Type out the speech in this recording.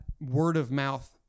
word-of-mouth